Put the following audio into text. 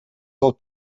del